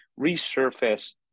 resurface